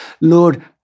Lord